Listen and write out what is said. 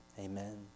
Amen